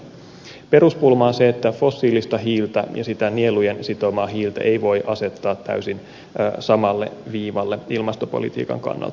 peruspulma on se että fossiilista hiiltä ja sitä nielujen sitomaa hiiltä ei voi asettaa täysin samalle viivalle ilmastopolitiikan kannalta